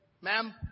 Ma'am